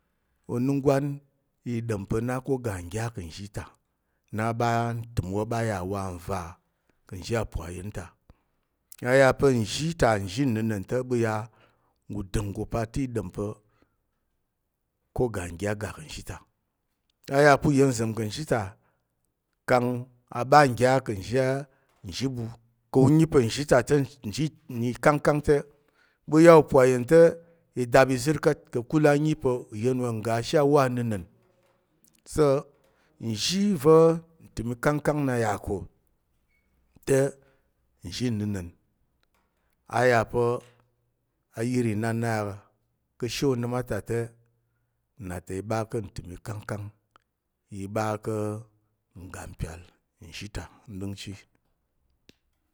Onungwan i ɗom pa̱ na ko oga ngya ka̱ nzhi ta na ɓa ntəm wo a ɓa yà wa nva ka̱ nzhi apo a yen ta. Ayà pa̱ nzhi ta nzhi nnəna̱n te, ɓu ya udanggo pa̱ i ɗom pe ko oga ngya ga ka̱ nzhi ta. A yà pa̱ uyennza̱m ka̱ nzhi ta kang a ɓa ngya ka̱ nzhi ɓu ku nyi pa̱ nzhi ta te, uzi i na ikangkang te ɓu ya upo ayen te i dap izər ka̱t. Ka̱kul a nyi pa̱ uyen wo ka̱ ngga ashe awo anəna̱n. So nzhi va̱ ntəm ikangkang na yà ko te nzhi nnəna̱n. Ayà pa̱ ayər inan na yà ka̱she onəm a ta te, nna ta i ɓa ka̱ ntəm ikangkang. I ɓa ka̱ ngga mpyal nzhi ta n ɗəngchi